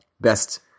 best